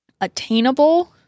attainable